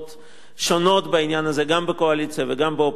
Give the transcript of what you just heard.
שונות בעניין הזה גם בקואליציה וגם באופוזיציה.